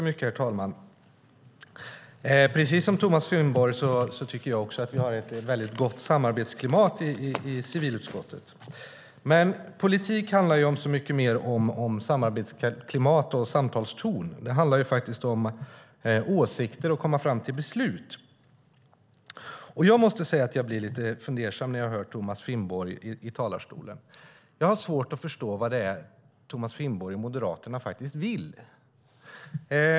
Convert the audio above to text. Herr talman! Precis som Thomas Finnborg tycker jag att vi har ett mycket gott samarbetsklimat i civilutskottet. Men politik handlar ju om så mycket mer än samarbetsklimat och samtalston. Det handlar faktiskt om åsikter och om att komma fram till beslut. Jag blir lite fundersam när jag hör Thomas Finnborg i talarstolen. Jag har svårt att förstå vad det är Thomas Finnborg och Moderaterna faktiskt vill.